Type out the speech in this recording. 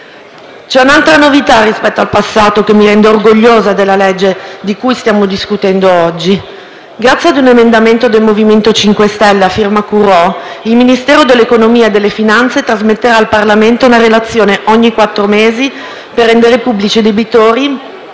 C'è un'altra novità rispetto al passato, che mi rende orgogliosa della legge di cui stiamo discutendo oggi. Grazie a un emendamento del MoVimento 5 Stelle, a firma Currò, il Ministero dell'economia e delle finanze trasmetterà al Parlamento una relazione ogni quattro mesi per rendere pubblici i debitori